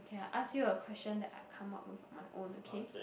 okay I ask you a question that I come up with my own okay